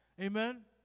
Amen